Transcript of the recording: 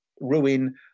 ruin